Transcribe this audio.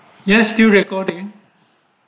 yes still recording